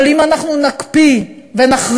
אבל אם אנחנו נקפיא ונכריז,